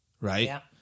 Right